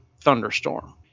thunderstorm